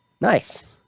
nice